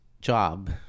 job